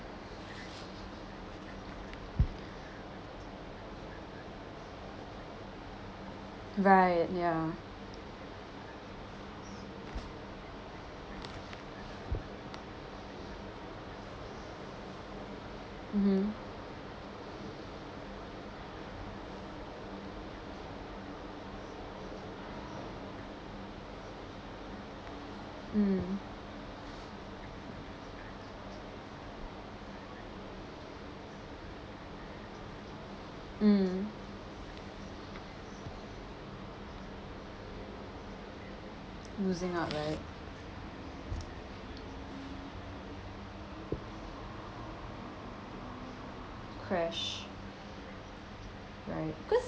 right ya mmhmm mmhmm mmhmm losing out right crash right cause